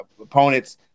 opponent's